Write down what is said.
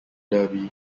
derby